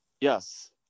Yes